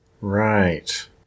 Right